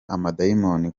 amadayimoni